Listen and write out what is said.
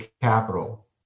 capital